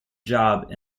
job